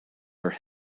her